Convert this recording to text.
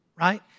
Right